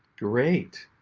great.